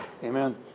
Amen